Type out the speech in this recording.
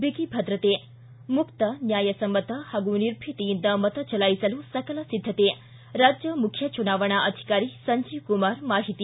ಬಿಗಿ ಭದ್ರತೆ ಿ ಮುಕ್ತ ನ್ಯಾಯಸಮ್ನತ ಹಾಗೂ ನಿರ್ಭೀತಿಯಿಂದ ಮತ ಚಲಾಯಿಸಲು ಸಕಲ ಸಿದ್ದತೆ ರಾಜ್ಯ ಮುಖ್ಯ ಚುನಾವಣಾಧಿಕಾರಿ ಸಂಜೀವ್ಕುಮಾರ್ ಮಾಹಿತಿ